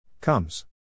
Comes